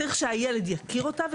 צריך שהילד יכיר אותה.